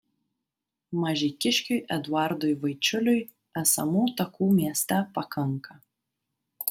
mažeikiškiui eduardui vaičiuliui esamų takų mieste pakanka